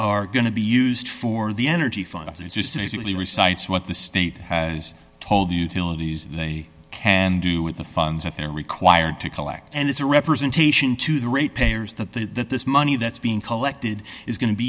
are going to be used for the energy fund that is just amazingly recites what the state has told utilities they can do with the funds that they're required to collect and it's a representation to the rate payers that the that this money that's being collected is going to be